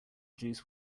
juice